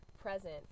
present